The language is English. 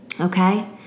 Okay